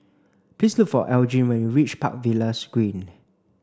please look for Elgin when you reach Park Villas Green